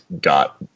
got